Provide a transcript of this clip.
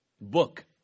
book